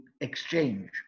exchange